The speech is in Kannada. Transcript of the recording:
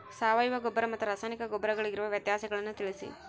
ಸಾವಯವ ಗೊಬ್ಬರ ಮತ್ತು ರಾಸಾಯನಿಕ ಗೊಬ್ಬರಗಳಿಗಿರುವ ವ್ಯತ್ಯಾಸಗಳನ್ನು ತಿಳಿಸಿ?